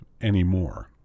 anymore